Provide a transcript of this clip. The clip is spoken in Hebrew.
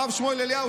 הרב שמואל אליהו,